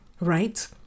right